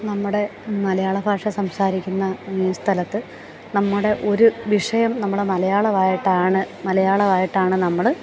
നമ്മുടെ മലയാളഭാഷ സംസാരിക്കുന്ന ഈ സ്ഥലത്ത് നമ്മുടെ ഒരു വിഷയം നമ്മൾ മലയാളമായിട്ട് ആണ് മലയാളമായിട്ടാണ് നമ്മൾ